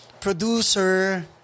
producer